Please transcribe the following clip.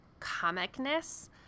comicness